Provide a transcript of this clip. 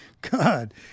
God